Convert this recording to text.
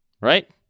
Right